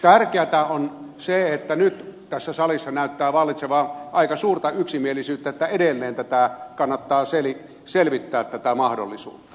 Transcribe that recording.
tärkeätä on se että nyt tässä salissa näyttää vallitsevan aika suurta yksimielisyyttä että edelleen tätä mahdollisuutta kannattaa selvittää